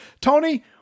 Tony